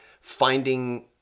finding